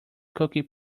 cookie